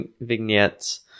vignettes